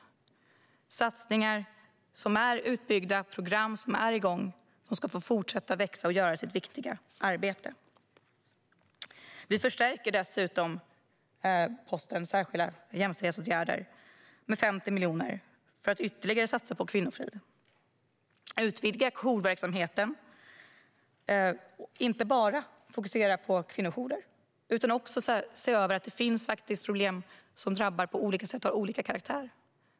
Satsningar som har gjorts och program som är i gång ska få fortsätta att växa och göra sitt viktiga arbete. Dessutom vill vi förstärka anslaget Särskilda jämställdhetsåtgärder med 50 miljoner för att ytterligare satsa på kvinnofrid. Vi vill utvidga jourverksamheten, men inte bara fokusera på kvinnojourer. Det finns faktiskt problem som drabbar på olika sätt och har olika karaktär.